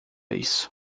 isso